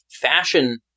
fashion